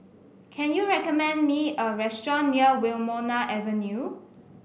can you recommend me a restaurant near Wilmonar Avenue